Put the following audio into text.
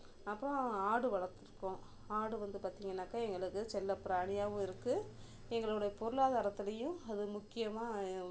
அப்புறம் ஆடு வளர்த்துருக்கோம் ஆடு வந்து பார்த்திங்கன்னாக்க எங்களுக்கு செல்லப்பிராணியாகவும் இருக்குது எங்களோட பொருளாதாரத்திலையும் அது முக்கியமாக